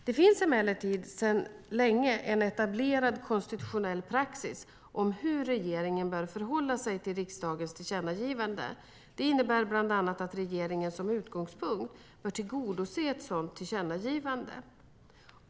Det finns emellertid en sedan länge etablerad konstitutionell praxis om hur regeringen bör förhålla sig till riksdagens tillkännagivanden. Den innebär bland annat att regeringen som utgångspunkt bör tillgodose ett sådant tillkännagivande.